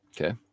Okay